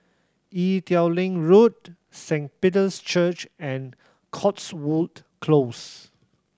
Ee Teow Leng Road Saint Peter's Church and Cotswold Close